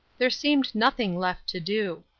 there seemed nothing left to do.